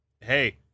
hey